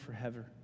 forever